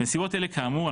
לסיום החלק האמור,